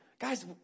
Guys